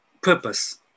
purpose